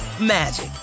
magic